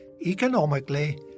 economically